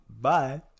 bye